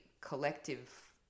collective